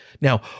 Now